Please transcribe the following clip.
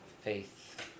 faith